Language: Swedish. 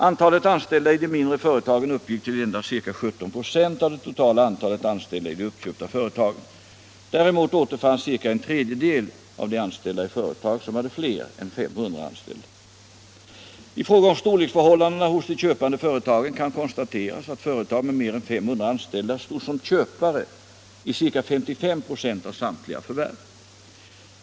Antalet anställda i de mindre företagen uppgick till endast ca 17 96 av det totala antalet anställda i de uppköpta företagen. Däremot återfanns cirka en tredjedel av de anställda i företag som hade fler än 500 anställda. I fråga om storleksförhållandena hos de köpande företagen kan konstateras att företag med mer än 500 anställda stod som köpare i ca 55 926 av samtliga förvärv.